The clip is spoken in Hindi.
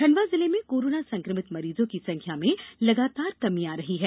खंडवा जिले में कोरोना संक्रमित मरीजों की संख्या में लगातार कमी आ रही है